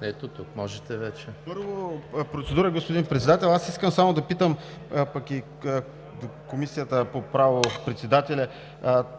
(БСП за България): Първо, процедура, господин Председател. Аз искам само да питам, пък и Комисията и по право – председателя,